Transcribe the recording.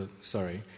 Sorry